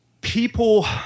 People